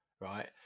right